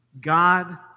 God